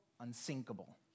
unsinkable